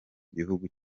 gihugu